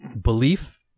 belief